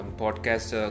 podcast